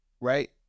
right